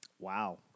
Wow